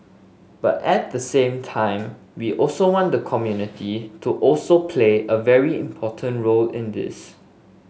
but at the same time we also want the community to also play a very important role in this